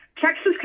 Texas